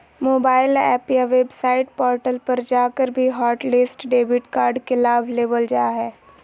mobile app या website portal पर जाकर भी हॉटलिस्ट डेबिट कार्ड के लाभ लेबल जा हय